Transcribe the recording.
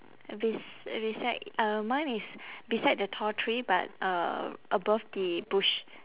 uh bes~ uh beside uh mine is beside the tall tree but uh above the bush